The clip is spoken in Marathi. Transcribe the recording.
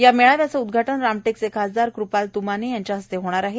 या मेळाव्याचे उदघाटन रामटेकचे खासदार कुपाल तुमाणे यांच्या हस्ते होणार आहे